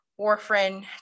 warfarin